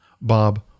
Bob